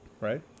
right